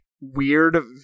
weird